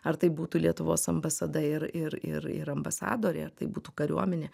ar tai būtų lietuvos ambasada ir ir ir ir ambasadoriai ar tai būtų kariuomenė